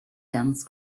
dense